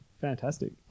Fantastic